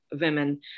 women